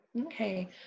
Okay